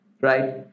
right